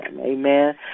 Amen